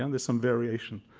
and there's some variation.